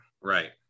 right